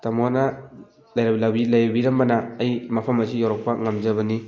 ꯇꯥꯃꯣꯅ ꯂꯩꯕꯤꯔꯝꯕꯅ ꯑꯩ ꯃꯐꯝ ꯑꯁꯤ ꯌꯧꯔꯛꯄ ꯉꯝꯖꯕꯅꯤ